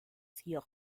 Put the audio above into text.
georg